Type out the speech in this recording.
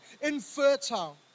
infertile